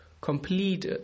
complete